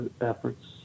efforts